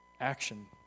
action